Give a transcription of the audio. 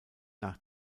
nach